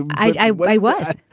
i wish i was.